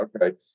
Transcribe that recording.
okay